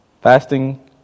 Fasting